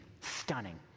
Stunning